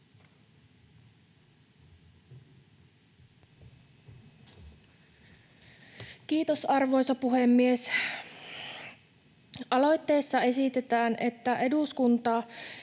Content: Arvoisa puhemies! Aloitteessa esitetään, että eduskunta